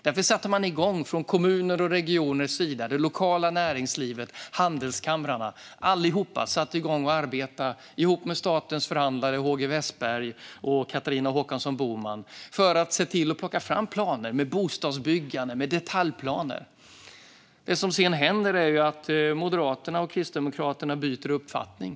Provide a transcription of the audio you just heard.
Därför sätter kommuner och landsting, det lokala näringslivet och handelskamrarna igång att arbeta tillsammans med statens förhandlare HG Wessberg och Catharina Håkansson Boman för att plocka fram planer med bostadsbyggande och detaljplaner. Det som sedan händer är att Moderaterna och Kristdemokraterna byter uppfattning.